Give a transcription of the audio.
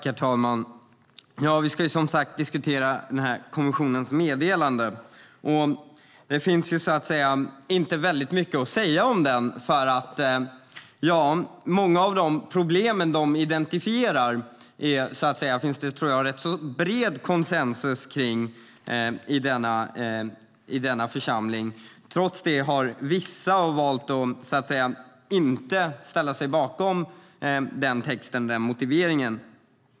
Herr talman! Vi ska som sagt diskutera kommissionens meddelande. Det finns inte väldigt mycket att säga om det, för många av de problem man identifierar finns det bred konsensus om i denna församling. Trots det har vissa valt att inte ställa sig bakom texten och motiveringen.